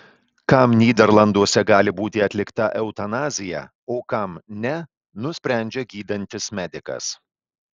kam nyderlanduose gali būti atlikta eutanazija o kam ne nusprendžia gydantis medikas